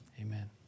amen